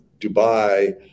Dubai